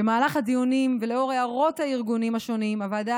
במהלך הדיונים ולאור הערות הארגונים השונים הוועדה